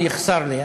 הוא יחסר לי,